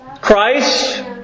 Christ